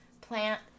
plant